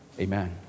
Amen